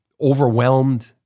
overwhelmed